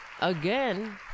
again